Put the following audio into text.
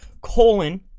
colon